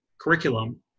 curriculum